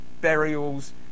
burials